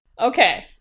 Okay